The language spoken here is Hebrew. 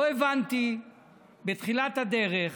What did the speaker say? לא הבנתי בתחילת הדרך